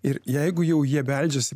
ir jeigu jau jie beldžiasi